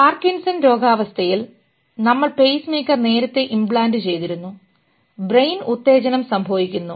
Parkinson രോഗാവസ്ഥയിൽ നമ്മൾ pacemaker നേരത്തെ ഇമ്പ്ലാൻറ് ചെയ്തിരുന്നു ബ്രെയിൻ ഉത്തേജനം ഉപയോഗിക്കുന്നു